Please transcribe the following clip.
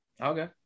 Okay